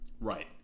right